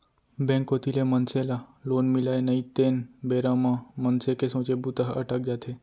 bank कोती ले मनसे ल लोन मिलय नई तेन बेरा म मनसे के सोचे बूता ह अटक जाथे